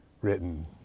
written